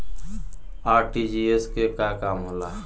RTGS के का काम होला?